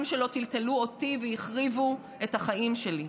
שלו טלטלו אותי והחריבו את החיים שלי.